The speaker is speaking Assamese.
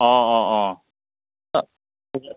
অ' অ' অ'